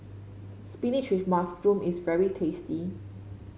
spinach with mushroom is very tasty